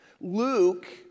Luke